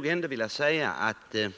att göra på detta sätt.